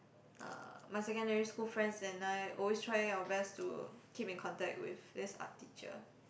uh my secondary school friends and I always try our best to keep in contact with this Art teacher